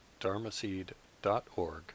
dharmaseed.org